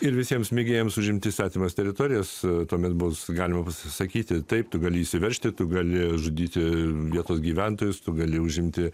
ir visiems mėgėjams užimti svetimas teritorijas tuomet bus galima sakyti taip tu gali įsiveržti tu gali žudyti vietos gyventojus tu gali užimti